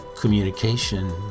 communication